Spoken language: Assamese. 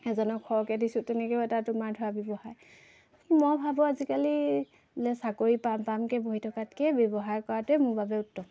এজনক সৰহকৈ দিছোঁ তেনেকৈও এটা তোমাৰ ধৰা ব্যৱসায় মই ভাবোঁ আজিকালি বোলে চাকৰি পাম পামকৈ বহি থকাতকৈ ব্যৱসায় কৰাটোৱে মোৰ বাবে উত্তম